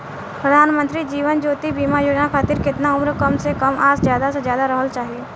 प्रधानमंत्री जीवन ज्योती बीमा योजना खातिर केतना उम्र कम से कम आ ज्यादा से ज्यादा रहल चाहि?